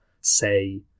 say